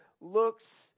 looks